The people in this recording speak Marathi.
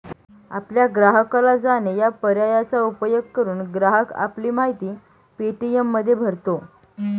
आपल्या ग्राहकाला जाणे या पर्यायाचा उपयोग करून, ग्राहक आपली माहिती पे.टी.एममध्ये भरतो